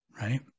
Right